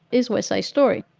is west a story?